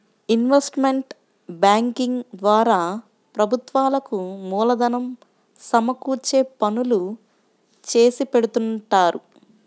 investment banking ద్వారా ప్రభుత్వాలకు మూలధనం సమకూర్చే పనులు చేసిపెడుతుంటారు